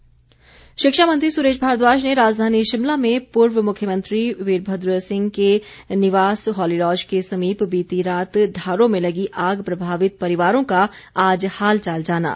भारद्वाज शिक्षा मंत्री सुरेश भारद्वाज ने राजधानी शिमला में पूर्व मुख्यमंत्री वीरभद्र सिंह के निवास हॉलीलॉज के समीप बीती रात ढारों में लगी आग प्रभावित परिवारों का आज हालचाल जाना